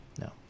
No